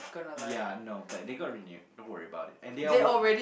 ya no but they got renewed don't worry about it and they are